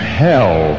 hell